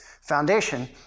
foundation